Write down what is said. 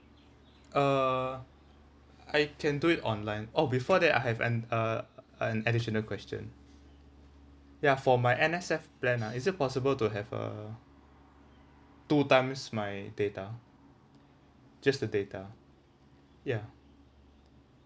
uh I can do it online oh before that I have an uh an additional question ya for my N_S_F plan ah is it possible to have a two times my data just the data ya